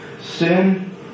Sin